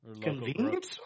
Convenience